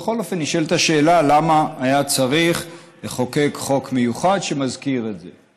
בכל אופן נשאלת השאלה למה היה צריך לחוקק חוק מיוחד שמזכיר את זה.